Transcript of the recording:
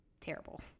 terrible